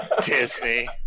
Disney